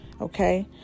okay